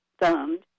thumbed